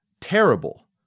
terrible